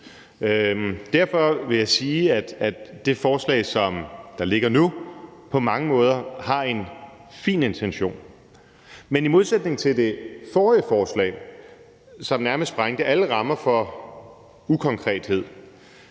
Derfor vil jeg sige, at der i det forslag, som der ligger nu, på mange måder er en fin intention, men i modsætning til det forrige forslag, som nærmest sprængte alle rammer for ukonkrethed,